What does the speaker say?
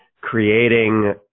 creating